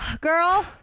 girl